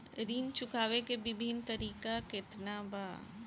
ऋण चुकावे के विभिन्न तरीका केतना बा?